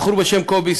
בחור בשם קובי,